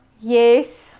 Yes